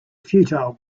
futile